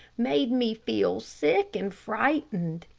made me feel sick and frightened.